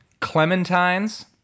clementines